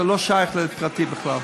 זה לא שייך לפרטית בכלל.